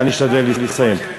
אני אשתדל לסיים.